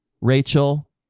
Rachel